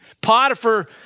Potiphar